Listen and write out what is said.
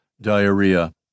diarrhea